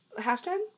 hashtag